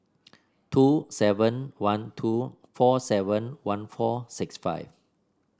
two seven one two four seven one four six five